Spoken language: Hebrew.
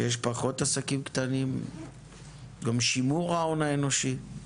כשיש פחות עסקים אז גם שימור ההון האנושי,